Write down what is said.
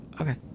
okay